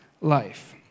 life